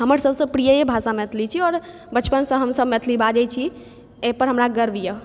हमर सबसँ प्रिय भाषा मैथिली छी आओर बचपनसँ हमसब मैथिली बाजै छी एहिपर हमरा गर्व यऽ